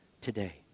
today